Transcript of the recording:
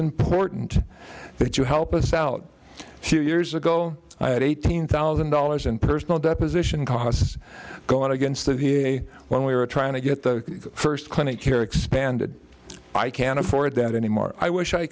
important that you help us out here years ago i had eighteen thousand dollars in personal deposition costs going against the v a when we were trying to get the first clinic care expanded i can't afford that anymore i wish i